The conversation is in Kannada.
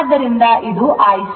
ಆದ್ದರಿಂದ ಇದು IC